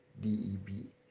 deb